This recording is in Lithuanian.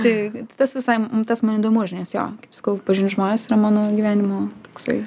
tai tai tas visai tas man įdomu žinai nes jo kaip sakau pažint žmonės yra mano gyvenimo toksai